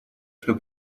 что